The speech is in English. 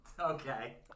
Okay